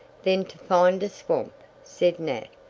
then to find a swamp, said nat.